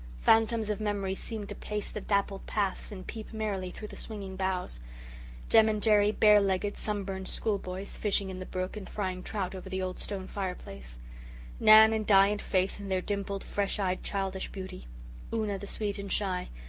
phantoms of memory seemed to pace the dappled paths and peep merrily through the swinging boughs jem and jerry, bare-legged, sunburned schoolboys, fishing in the brook and frying trout over the old stone fireplace nan and di and faith, in their dimpled, fresh-eyed childish beauty una the sweet and shy,